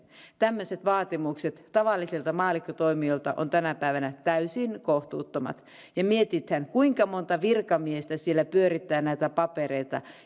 tämmöiset vaatimukset tavallisilta maallikkotoimijoilta ovat tänä päivänä täysin kohtuuttomat jos vielä mietitään kuinka monta virkamiestä siellä pyörittää näitä papereita